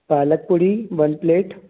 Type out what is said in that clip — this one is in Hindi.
पालक पूरी वन प्लेट